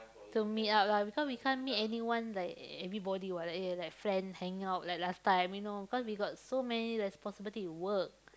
to meet up lah because we can't meet anyone like everybody [what] like eh like friend hanging out like last time you know because we got so many responsibility work